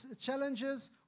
challenges